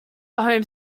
home